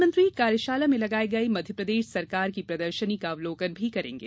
प्रधानमंत्री कार्यशाला में लगायी गयी मध्यप्रदेश सरकार की प्रदर्शनी का अवलोकन भी करेंगे